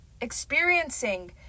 experiencing